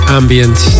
ambient